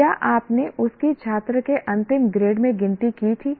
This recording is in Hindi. क्या आपने उसकी छात्र के अंतिम ग्रेड में गिनती की थी